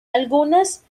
algunas